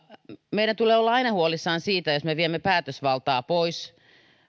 meidän tulee olla aina huolissamme siitä jos me viemme päätösvaltaa pois